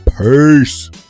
Peace